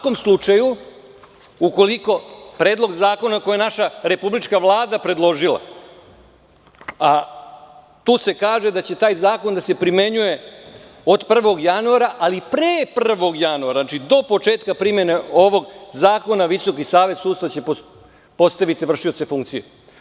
U svakom slučaju ukoliko predlog zakona koji je naša republička vlada predložila, a tu se kaže da će taj zakon da se primenjuje od 1. januara ali pre 1. januara, znači do početka primene ovog zakona Visoki savet sudstva će postaviti vršioce funkcije.